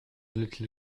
little